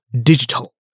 digital